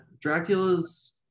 Dracula's